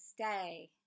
stay